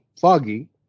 Foggy